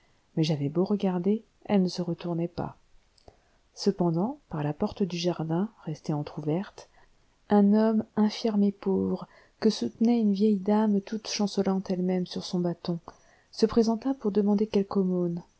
mais j'avais beau regarder elle ne se retournait pas cependant par la porte du jardin restée entr'ouverte un homme infirme et pauvre que soutenait une vieille femme toute chancelante elle-même sur son bâton se présenta pour demander quelque